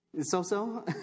So-so